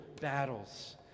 battles